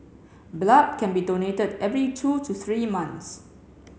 blood can be donated every two to three months